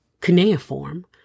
cuneiform